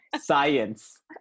Science